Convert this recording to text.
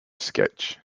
sketch